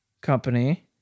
Company